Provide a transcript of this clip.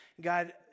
God